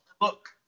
look